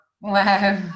Wow